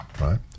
right